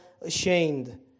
ashamed